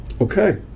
Okay